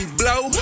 blow